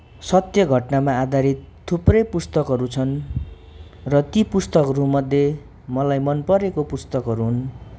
सत्य घटनामा आधारित थुप्रै पुस्तकहरू छन् र ती पुस्तकहरूमध्ये मलाई मनपरेको पुस्तकहरू हुन्